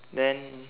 then